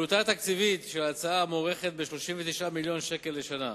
העלות התקציבית של ההצעה מוערכת בכ-39 מיליון שקל לשנה.